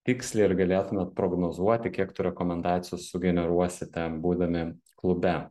tiksliai ir galėtumėt prognozuoti kiek tų rekomendacijų sugeneruosite būdami klube